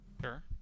Sure